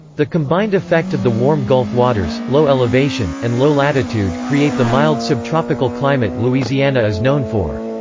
the combined effect of the warm gulf waters, low elevation, and low latitude create the mild subtropical climate louisiana is known for.